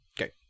okay